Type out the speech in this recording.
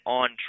on